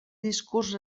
discurs